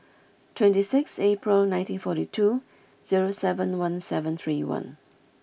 twenty six April nineteen forty two zero seven one seven three one